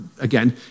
again